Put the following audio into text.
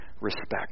respect